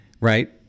right